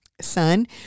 son